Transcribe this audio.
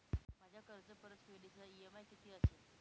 माझ्या कर्जपरतफेडीचा इ.एम.आय किती असेल?